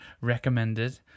recommended